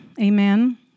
Amen